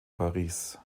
paris